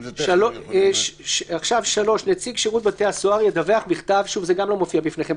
אם זה טכני --- שוב, זה גם לא מופיע בפניכם.